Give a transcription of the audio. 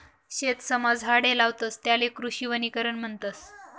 शेतसमा झाडे लावतस त्याले कृषी वनीकरण म्हणतस